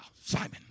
Simon